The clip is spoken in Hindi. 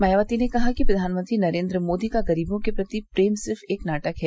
मायावती ने कहा कि प्रवानमंत्री नरेन्द्र मोदी का गरीबों के प्रति प्रेम सिर्फ एक नाटक है